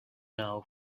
now